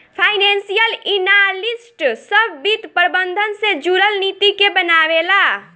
financial analyst सभ वित्त प्रबंधन से जुरल नीति के बनावे ला